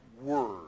word